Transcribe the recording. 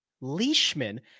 Leishman